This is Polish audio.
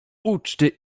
uczty